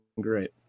great